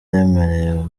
yemereye